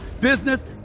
business